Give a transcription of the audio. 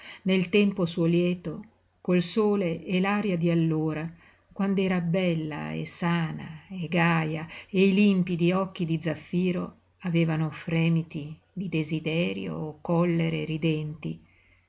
nel tempo suo lieto col sole e l'aria di allora quand'era bella e sana e gaja e i limpidi occhi di zaffiro avevano fremiti di desiderio o collere ridenti